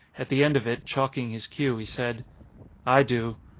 at the end of it, chalking his cue, he said i do.